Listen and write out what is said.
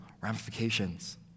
ramifications